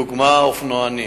דוגמת האופנוענים.